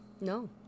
no